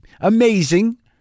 amazing